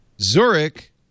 Zurich